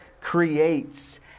creates